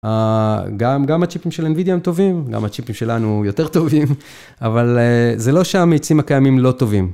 גם הצ'יפים של NVIDIA הם טובים, גם הצ'יפים שלנו יותר טובים, אבל זה לא שהמאיצים הקיימים לא טובים.